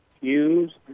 use